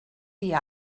dia